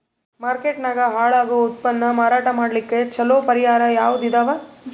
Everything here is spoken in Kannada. ಮಾರ್ಕೆಟ್ ನಾಗ ಹಾಳಾಗೋ ಉತ್ಪನ್ನ ಮಾರಾಟ ಮಾಡಲಿಕ್ಕ ಚಲೋ ಪರಿಹಾರ ಯಾವುದ್ ಇದಾವ?